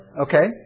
Okay